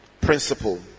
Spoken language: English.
Principle